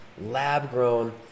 lab-grown